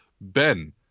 Ben